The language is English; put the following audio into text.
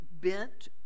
bent